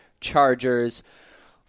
Chargers